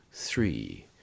Three